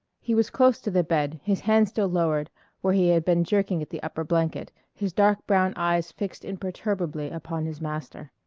he was close to the bed, his hand still lowered where he had been jerking at the upper blanket, his dark-brown eyes fixed imperturbably upon his master.